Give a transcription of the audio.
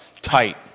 tight